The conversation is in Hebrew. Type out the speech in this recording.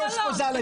לא, לא, לא.